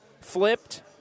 flipped